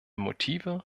motive